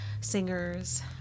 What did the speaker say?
singers